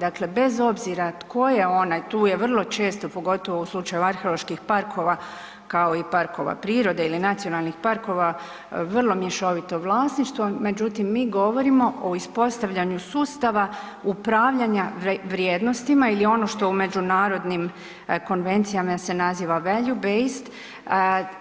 Dakle, bez obzira tko je onaj, tu je vrlo često, pogotovo u slučaju arheoloških parkova, kao i parkova prirode ili nacionalnih parkova, vrlo mješovito vlasništvo, međutim mi govorimo o uspostavljanju sustava upravljanja vrijednostima ili ono to u međunarodnim konvencijama se naziva "Value based"